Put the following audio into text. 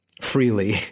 freely